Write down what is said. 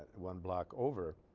one block over